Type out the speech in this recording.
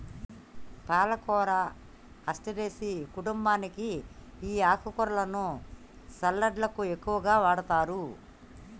పాలకూర అస్టెరెసి కుంటుంబానికి ఈ ఆకుకూరలను సలడ్లకు ఎక్కువగా వాడతారు